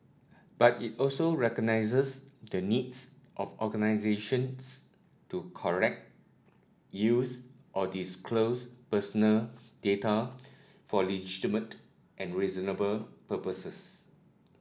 but it also recognises the needs of organisations to collect use or disclose personal data for legitimated and reasonable purposes